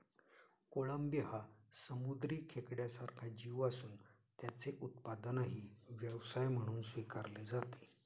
कोळंबी हा समुद्री खेकड्यासारखा जीव असून त्याचे उत्पादनही व्यवसाय म्हणून स्वीकारले जाते